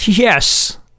Yes